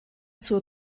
zur